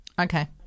Okay